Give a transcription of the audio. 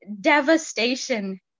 devastation